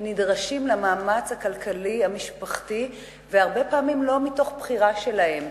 נדרשים למאמץ הכלכלי המשפחתי והרבה פעמים לא מתוך בחירה שלהם.